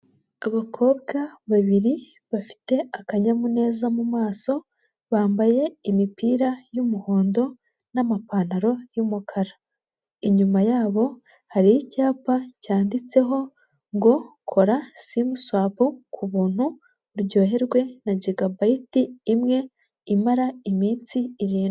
Abakobwa babiri bafite akanyamuneza mu maso, bambaye imipira y'umuhondo n'amapantaro y'umukara. Inyuma yabo hari icyapa cyanditseho ngo; "Kora simu swapu ku buntu, uryoherwe na jiga bayiti imwe imara iminsi irindwi".